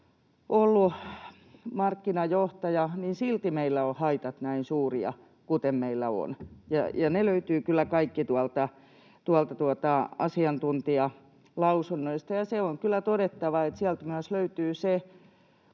ollut markkinajohtaja, niin silti meillä ovat haitat näin suuria, kuten meillä on. Ne löytyvät kyllä kaikki tuolta asiantuntijalausunnoista, ja se on kyllä todettava, että sieltä myös